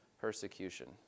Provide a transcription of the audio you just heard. persecution